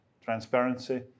transparency